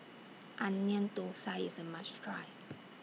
Onion Thosai IS A must Try